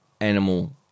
animal